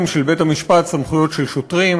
של בית-המשפט סמכויות של שוטרים.